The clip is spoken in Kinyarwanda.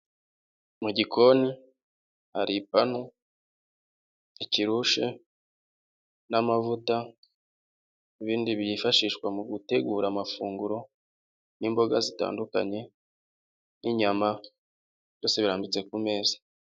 Mu gikoni hari ipanu, ikirushi n'amavuta n'ibindi byifashishwa mu gutegura amafunguro n'imboga zitandukanye n'inyama, byose birambitse ku meza.